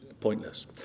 Pointless